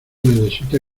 necesita